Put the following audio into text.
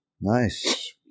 Nice